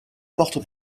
porte